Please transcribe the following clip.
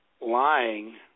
lying